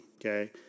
okay